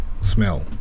smell